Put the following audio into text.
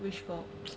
wish for